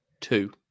Two